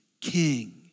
king